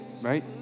right